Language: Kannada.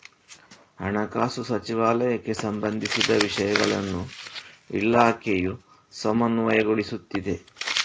ಹಣಕಾಸು ಸಚಿವಾಲಯಕ್ಕೆ ಸಂಬಂಧಿಸಿದ ವಿಷಯಗಳನ್ನು ಇಲಾಖೆಯು ಸಮನ್ವಯಗೊಳಿಸುತ್ತಿದೆ